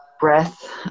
breath